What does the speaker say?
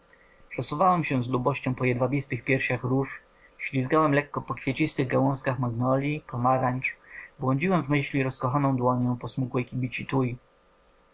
przesuwałem się z lubością po jedwabistych piersiach róż ślizgałem lekko po kwiecistych gałązkach magnolii pomarańcz błądziłem w myśli rozkochaną dłonią po smukłej kibici tuj